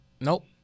Nope